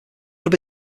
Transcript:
have